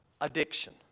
addiction